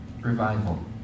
revival